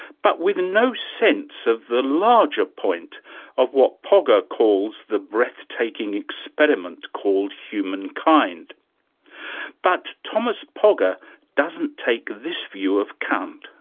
but with no sense of the larger point of what pogge ah calls the breathtaking experiment called humankind but thomas pogge ah doesn't take this view of kant,